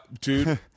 dude